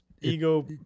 ego